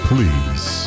Please